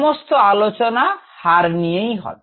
সমস্ত আলোচনা হার নিয়েই হবে